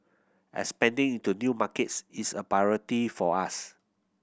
expanding into new markets is a priority for us